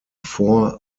four